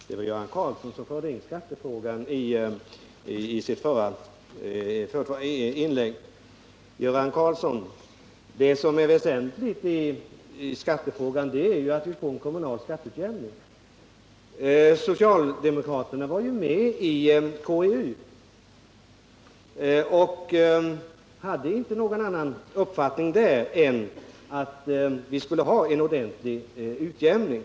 Herr talman! Det var Göran Karlsson som förde in skattefrågan i sitt föregående inlägg. Det som är väsentligt i skattefrågan, Göran Karlsson, är att vi får en kommunal skatteutjämning. Socialdemokraterna var ju med i KEU och hade inte någon annan uppfattning där än att vi skulle ha en ordentlig utjämning.